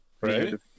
right